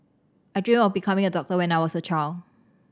I dreamt of becoming a doctor when I was a child